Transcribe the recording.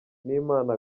n’imana